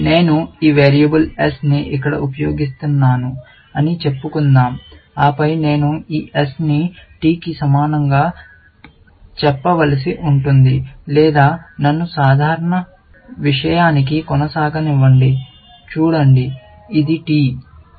నేను ఈ variable s ని ఇక్కడ ఉపయోగిస్తాను అని చెప్పుకుందాం ఆపై నేను ఈ s ని t కి సమానంగా చెప్పవలసి ఉంటుంది లేదా నన్ను సాధారణ విషయానికి కొనసాగించనివ్వండి చూడండి ఇది టి